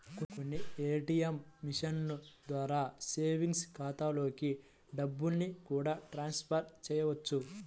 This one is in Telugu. కొన్ని ఏ.టీ.యం మిషన్ల ద్వారా సేవింగ్స్ ఖాతాలలోకి డబ్బుల్ని కూడా ట్రాన్స్ ఫర్ చేయవచ్చు